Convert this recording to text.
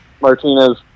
Martinez